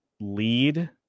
lead